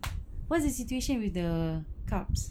what's the situation with the cups